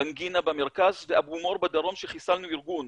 גנגינה במרכז ואבו מור בדרום שחיסלנו ארגון,